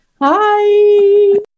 Hi